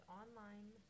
online